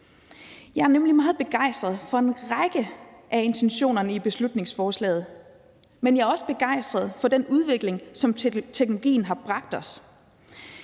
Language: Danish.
nemlig meget begejstret for en række af intentionerne i beslutningsforslaget, men jeg er også begejstret for den udvikling, som teknologien har bragt os.